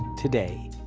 today,